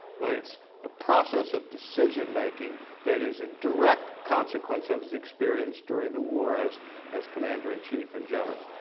but it's a process of decision making that is a direct consequence of his experience during the war as as commander in chief and general,